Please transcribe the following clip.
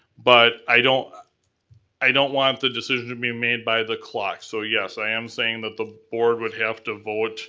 but i don't i don't want the decision to be made by the clock. so yes, i am saying that the board would have to vote